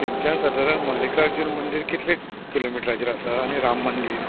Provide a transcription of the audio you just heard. थंयच्यान सादारण मल्लिकार्जून मंदीर कितलें किलोमिटराचेर आसा आनी राम मंदीर